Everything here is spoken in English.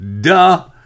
Duh